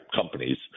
companies